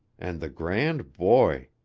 and the grand boy!